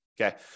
Okay